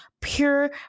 pure